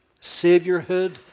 saviorhood